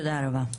תודה רבה.